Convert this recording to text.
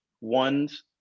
ones